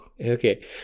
Okay